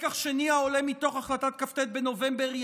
לקח שני העולה מתוך החלטת כ"ט בנובמבר הוא